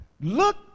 Look